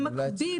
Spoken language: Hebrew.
במקביל,